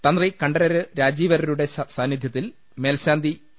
തന്തി കണ്ഠരര് രാജീവരുടെ സാന്നിധ്യത്തിൽ മേൽശാന്തി എ